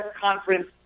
conference